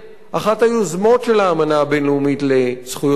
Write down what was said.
את היוזמות של האמנה הבין-לאומית לזכויות הפליט?